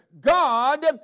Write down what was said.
God